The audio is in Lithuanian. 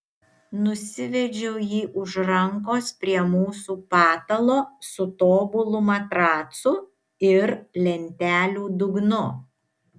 nusivedžiau jį už rankos prie mūsų patalo su tobulu matracu ir lentelių dugnu